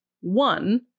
one